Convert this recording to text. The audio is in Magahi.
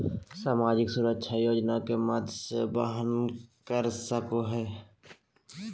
सामाजिक सुरक्षा योजना के माध्यम से वहन कर सको हइ